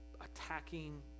attacking